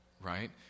right